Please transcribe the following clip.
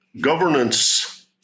governance